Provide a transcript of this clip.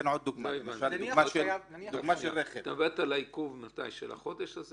את מדברת על העיכוב של החודש הזה?